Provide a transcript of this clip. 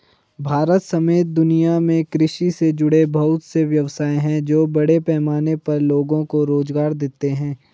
भारत समेत दुनिया में कृषि से जुड़े बहुत से व्यवसाय हैं जो बड़े पैमाने पर लोगो को रोज़गार देते हैं